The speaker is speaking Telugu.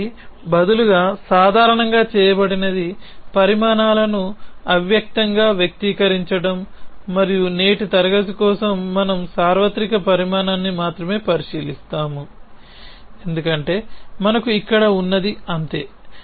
కాబట్టి బదులుగా సాధారణంగా చేయబడినది పరిమాణాలను అవ్యక్తంగా వ్యక్తీకరించడం మరియు నేటి తరగతి కోసం మనము సార్వత్రిక పరిమాణాన్ని మాత్రమే పరిశీలిస్తాము ఎందుకంటే మనకు ఇక్కడ ఉన్నది అంతే